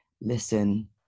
listen